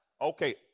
Okay